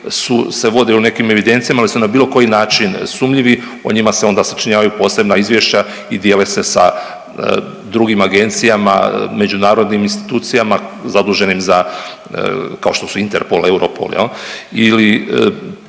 su se vode u nekim evidencijama ili su na bilo koji način sumnjivi, o njima se onda sačinjavaju posebna izvješća i dijele se sa drugim agencijama, međunarodnim institucijama zaduženim za kao što su Interpol, Europol, jel